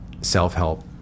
self-help